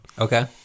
Okay